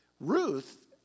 Ruth